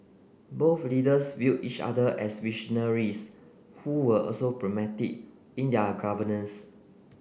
both leaders viewed each other as visionaries who were also pragmatic in their governance